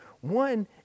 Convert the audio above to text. One